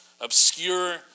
obscure